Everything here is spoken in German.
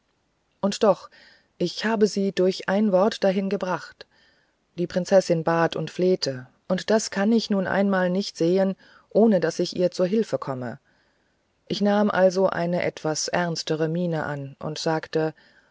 und doch ich habe sie durch ein wort dahin gebracht die prinzessin bat und flehte und das kann ich nun einmal nicht sehen ohne daß ich ihr zu hilfe komme ich nahm also eine etwas ernste miene an und sagte